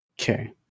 Okay